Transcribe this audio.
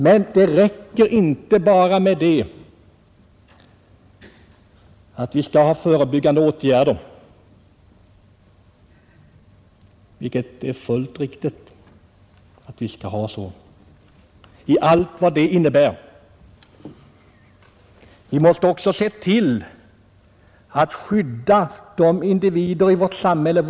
Men det räcker inte bara med att vidtaga förebyggande åtgärder — vilket är fullt riktigt att vi skall göra, med allt vad det innebär. Vi måste också samtidigt se till att skydda våra små barn mot övergrepp.